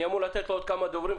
אני אמור לתת לעוד כמה דוברים,